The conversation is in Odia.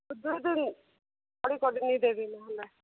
ଦୁଇ ଦିନ୍ ଶାଢ଼ୀ କରିକି ନେଇ ଦେଇ ଦେବି ହେଲା